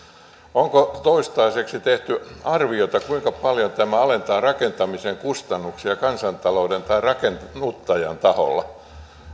onko toistaiseksi tehty arviota kuinka paljon tämä alentaa rakentamisen kustannuksia kansantalouden tai rakennuttajan taholla